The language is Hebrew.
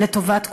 לטובת כולנו.